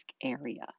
area